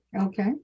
Okay